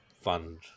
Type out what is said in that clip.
fund